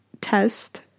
test